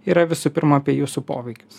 yra visų pirma apie jūsų poveikius